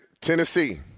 Tennessee